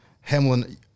Hamlin